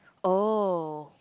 oh